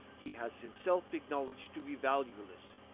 he has himself acknowledged to be valueless.